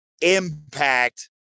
impact